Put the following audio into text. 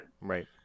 Right